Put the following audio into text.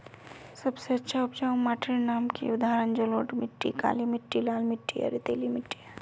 सबसे अच्छा उपजाऊ माटिर नाम की उदाहरण जलोढ़ मिट्टी, काली मिटटी, लाल मिटटी या रेतीला मिट्टी?